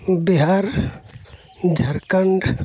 Bihar Jharkhand